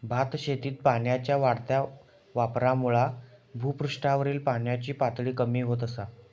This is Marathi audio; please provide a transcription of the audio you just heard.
भातशेतीत पाण्याच्या वाढत्या वापरामुळा भुपृष्ठावरील पाण्याची पातळी कमी होत असा